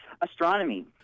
Astronomy